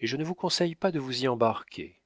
et je ne vous conseille pas de vous y embarquer